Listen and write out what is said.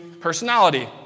personality